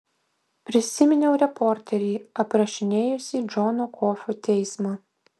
prisiminiau reporterį aprašinėjusį džono kofio teismą